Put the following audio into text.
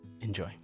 Enjoy